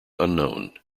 unknown